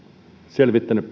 selvittäneet